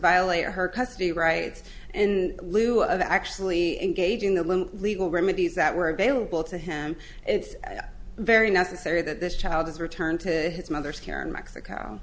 violate her custody rights and lieu of actually engaging in the legal remedies that were available to him it's very necessary that this child is returned to his mother's care in mexico